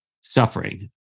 suffering